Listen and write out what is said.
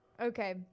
Okay